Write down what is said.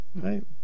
Right